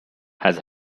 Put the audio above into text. has